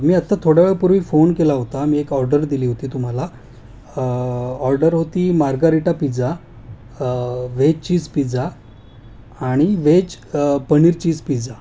मी आत्ता थोड्या वेळापूर्वी फोन केला होता मी एक ऑर्डर दिली होती तुम्हाला ऑर्डर होती margherita pizza veg cheese pizza आणि व्हेज पनीर चीज पिझा